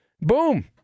Boom